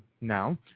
now